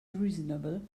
reasonable